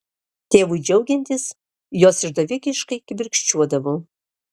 tėvui džiaugiantis jos išdavikiškai kibirkščiuodavo